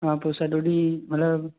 हा पोइ सॼो ॾींहुं मतिलबु